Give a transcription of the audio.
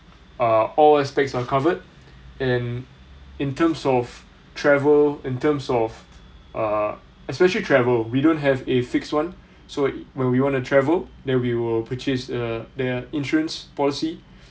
uh all aspects are covered and in terms of travel in terms of uh especially travel we don't have a fixed one so when we want to travel then we will purchase uh their insurance policy